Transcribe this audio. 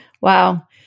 Wow